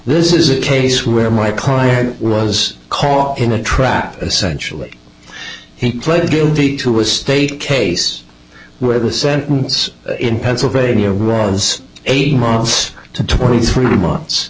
this is a case where my client was caught in a trap essentially he pled guilty to a state case where the sentence in pennsylvania runs eighteen months to twenty three months